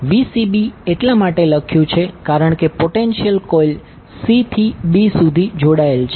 Vcb એટલા માટે લખ્યું છે કારણ કે પોટેન્શિયલ કોઇલ c થી b સુધી જોડાયેલ છે